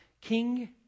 King